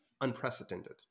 unprecedented